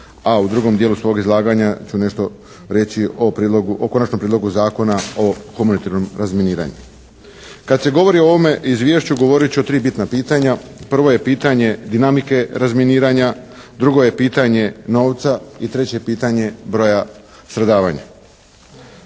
a u drugom dijelu svog izlaganja ću nešto reći o prijedlogu, o Konačnom prijedlogu Zakona o humanitarnom razminiranju. Kada se govori o ovome izvješću govoriti ću o tri bitna pitanja, prvo je pitanje dinamike razminiranja, drugo je pitanje novca i treće je pitanje broja stradavanja.